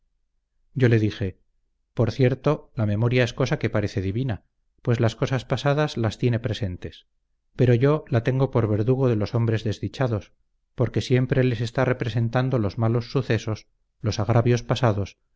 yo le dije por cierto la memoria es cosa que parece divina pues las cosas pasadas las tiene presentes pero yo la tengo por verdugo de los hombres desdichados porque siempre les está representando los malos sucesos los agravios pasados